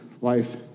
life